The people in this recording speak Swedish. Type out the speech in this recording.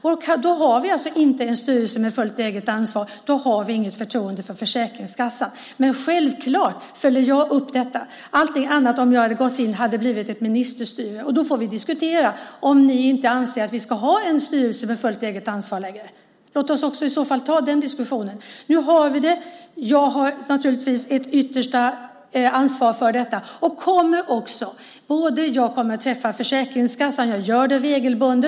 Om jag gör det har vi inte en styrelse med fullt eget ansvar, och då har vi inget förtroende för Försäkringskassan. Självklart följer jag upp detta! Men om jag hade gått in i detta skulle det ha varit ministerstyre, och då får vi diskutera om ni inte anser att vi ska ha en styrelse med fullt eget ansvar längre. Låt oss också i så fall ta den diskussionen. Nu har vi en styrelse med fullt eget ansvar. Jag har naturligtvis ett yttersta ansvar för detta. Jag kommer att träffa Försäkringskassan - jag gör det regelbundet.